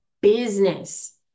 business